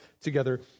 together